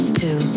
two